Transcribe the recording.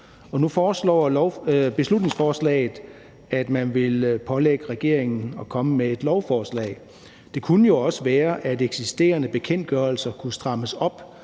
Nu foreslår man i beslutningsforslaget, at man vil pålægge regeringen at komme med et lovforslag. Det kunne jo også være, at eksisterende bekendtgørelser kunne strammes op,